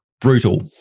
brutal